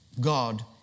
God